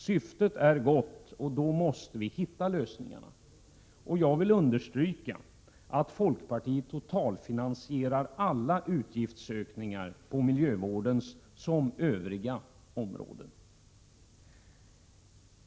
Syftet är gott, och då måste vi hitta lösningar. Jag vill understryka att folkpartiet totalfinansierar alla utgiftsökningar på miljövårdens liksom övriga områden.